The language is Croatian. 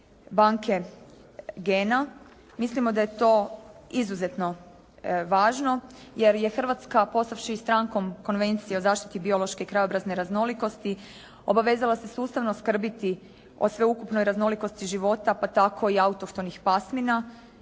banke gena. Mislimo da je to izuzetno važno, jer je Hrvatska postavši strankom Konvencije o zaštiti biološke krajobrazne raznolikosti, obavezala se sustavno skrbiti o sveukupnoj raznolikosti života pa tako i autohtonih pasmina.